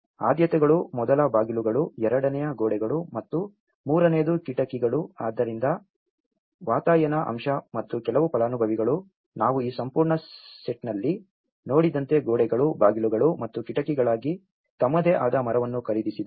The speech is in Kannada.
ಆದ್ಯತೆಗಳು ಮೊದಲ ಬಾಗಿಲುಗಳು ಎರಡನೇ ಗೋಡೆಗಳು ಮತ್ತು ಮೂರನೆಯದು ಕಿಟಕಿಗಳು ಆದ್ದರಿಂದ ವಾತಾಯನ ಅಂಶ ಮತ್ತು ಕೆಲವು ಫಲಾನುಭವಿಗಳು ನಾವು ಈ ಸಂಪೂರ್ಣ ಸೆಟ್ನಲ್ಲಿ ನೋಡಿದಂತೆ ಗೋಡೆಗಳು ಬಾಗಿಲುಗಳು ಮತ್ತು ಕಿಟಕಿಗಳಿಗಾಗಿ ತಮ್ಮದೇ ಆದ ಮರವನ್ನು ಖರೀದಿಸಿದರು